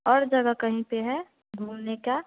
और जगह कहीं पर है घूमने का